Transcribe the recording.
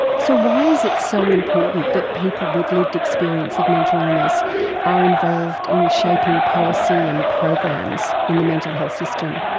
so why is it so important that people with a lived experience of mental illness are involved in shaping policy and programs in the mental health system?